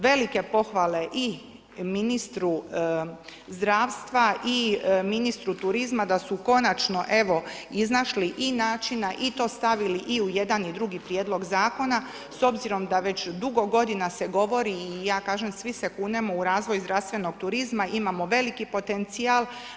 Velike pohvale i ministru zdravstva i ministru turizma da su konačno, evo, iznašli načina i to stavili i u jedan i drugi prijedlog zakona s obzirom da se dugo godina govori i ja kažem svi se kunemo u razvoj zdravstvenog turizma, imamo veliki potencijal.